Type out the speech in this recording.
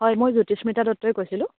হয় মই জ্যোতিস্মিতা দত্তই কৈছিলোঁ